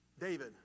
David